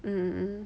mm mm mm